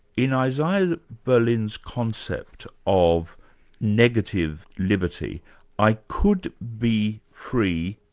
in isaiah berlin's concept of negative liberty i could be free,